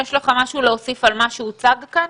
יש לך משהו להוסיף על מה שהוצג כאן?